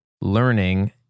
learning